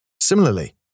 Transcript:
Similarly